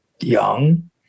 young